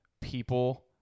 people